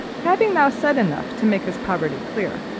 having now said enough to make his poverty clear,